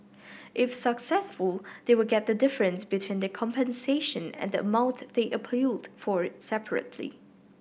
if successful they will get the difference between the compensation and the amount they appealed for separately